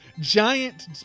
giant